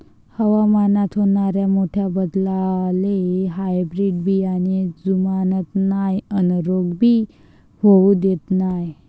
हवामानात होनाऱ्या मोठ्या बदलाले हायब्रीड बियाने जुमानत नाय अन रोग भी होऊ देत नाय